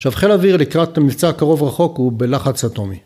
עכשיו חיל אוויר לקראת מבצע קרוב רחוק הוא בלחץ אטומי.